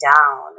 down